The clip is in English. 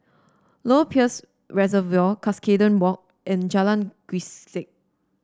Lower Peirce Reservoir Cuscaden Walk and Jalan Grisek